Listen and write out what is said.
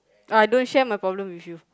oh I don't share my problem with you